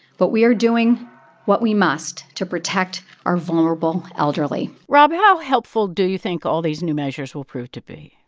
but we are doing what we must to protect our vulnerable elderly rob, how helpful do you think all these new measures will prove to be?